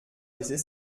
laisser